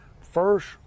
First